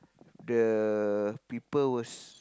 the people was